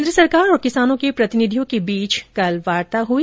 केन्द्र सरकार और किसानों के प्रतिनिधियों के बीच कल वार्ता हुई